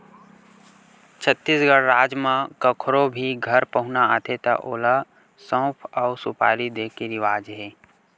छत्तीसगढ़ राज म कखरो भी घर पहुना आथे त ओला सउफ अउ सुपारी दे के रिवाज हे